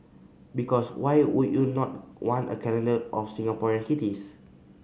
because why would you not want a calendar of Singaporean kitties